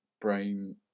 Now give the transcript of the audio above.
brain